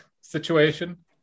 situation